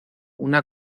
una